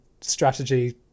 strategy